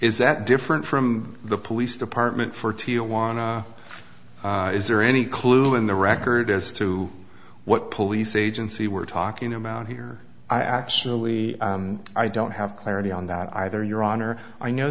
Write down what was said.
is that different from the police department for tijuana is there any clue in the record as to what police agency we're talking about here i actually i don't have clarity on that either your honor i know